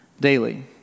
Daily